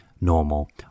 normal